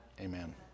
Amen